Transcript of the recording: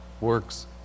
works